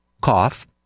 cough